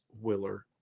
Willer